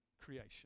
creation